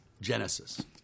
Genesis